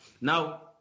Now